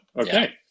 Okay